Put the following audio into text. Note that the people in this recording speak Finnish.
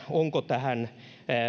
onko tähän